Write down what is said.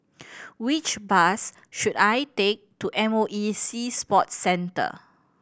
which bus should I take to M O E Sea Sports Centre